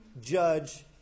judge